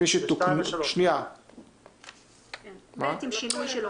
ב' עם שינוי.